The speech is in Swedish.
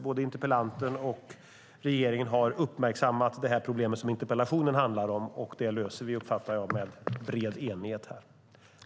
Både interpellanten och regeringen har uppmärksammat det problem som interpellationen handlar om, och det löser vi med bred enighet här, uppfattar jag.